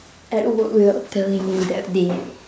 at work without telling me that day